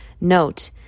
Note